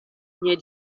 near